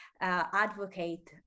advocate